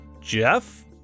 Jeff